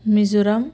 Mizoram